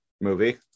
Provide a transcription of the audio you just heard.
movie